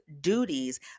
duties